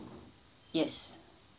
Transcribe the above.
yes